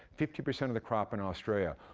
fifty percent of the crop in australia.